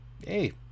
Hey